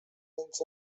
ends